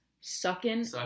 sucking